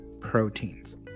proteins